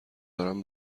دارم